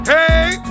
Hey